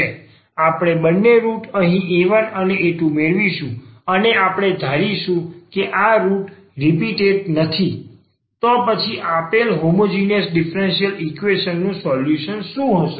આપણે આ બંને રુટ અહીં a1 અને a2 મેળવીશું અને આપણે ધારીશું કે આ રુટ રીપીટેટ નથી તો પછી આપેલ હોમોજીનીયસ ડીફરન્સીયલ ઈક્વેશન નું સોલ્યુશન શું હશે